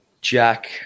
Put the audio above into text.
Jack